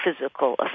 physical